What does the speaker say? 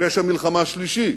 פשע מלחמה שלישי,